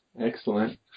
Excellent